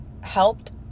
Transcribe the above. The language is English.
helped